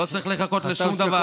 לא צריך לחכות לשום דבר,